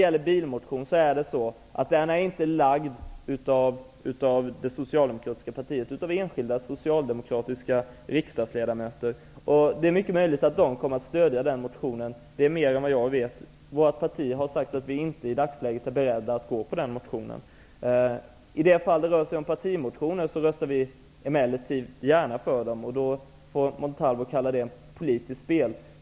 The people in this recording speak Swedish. Bilmotionen har inte väckts av det socialdemokratiska partiet, utan av enskilda socialdemokratiska riksdagsledamöter. Det är mycket möjligt att de kommer att stödja den motionen. Det är mer än vad jag vet. Vårt parti har sagt att vi inte i dagsläget är beredda att gå på den motionens linje. I de fall där det rör sig om partimotioner röstar vi emellertid gärna för dem. Då får Montalvo kalla det politiskt spel.